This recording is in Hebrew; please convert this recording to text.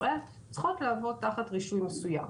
ישראל צריכות לעבוד תחת רישוי מסוים.